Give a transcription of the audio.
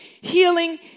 healing